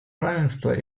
равенства